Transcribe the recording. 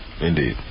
Indeed